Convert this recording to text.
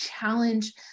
challenge